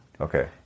Okay